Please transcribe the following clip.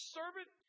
servant